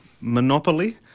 Monopoly